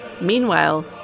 Meanwhile